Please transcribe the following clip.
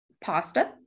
pasta